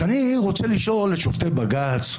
אז אני רוצה לשאול את שופטי בג"ץ,